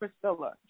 Priscilla